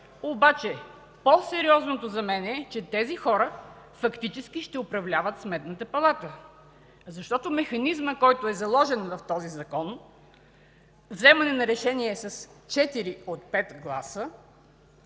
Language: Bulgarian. ишлеме. По-сериозното за мен е, че тези хора фактически ще управляват Сметната палата. Механизмът, който е заложен в този Закон – вземане на решение с четири от пет гласа,